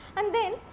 and then,